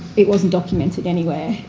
it wasn't documented anywhere,